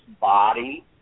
body